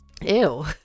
Ew